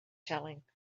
telling